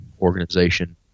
organization